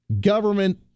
Government